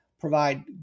provide